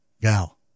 Gal